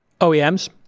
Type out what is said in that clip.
OEMs